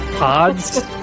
Odds